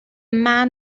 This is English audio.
man